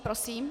Prosím.